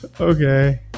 okay